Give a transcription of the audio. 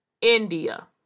India